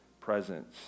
presence